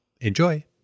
Enjoy